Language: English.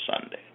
Sunday